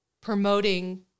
promoting